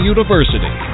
University